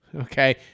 okay